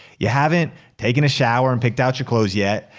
you haven't taken a shower and picked out your clothes yet.